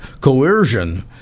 coercion